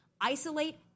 isolate